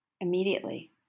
immediately